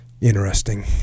interesting